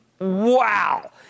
Wow